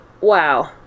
wow